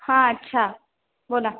हा अच्छा बोला